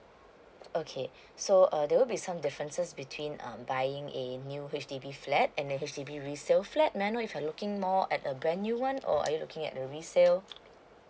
okay so uh there will be some differences between um buying a new H_D_B flat and a H_D_B resale flat may I know if you're looking more at a brand new one or are you looking at a resale